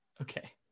Okay